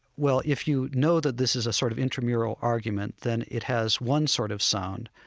well, if you know that this is a sort of intramural argument, then it has one sort of sound,